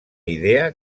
idea